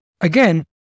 again